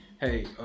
hey